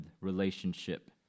relationship